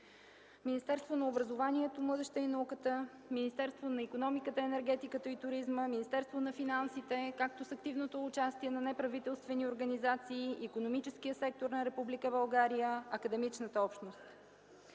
Министерството на образованието, младежта и науката, Министерството на икономиката, енергетиката и туризма, Министерството на финансите, както и с активното участие на неправителствени организации, икономическия сектор на Република България, академичната общност.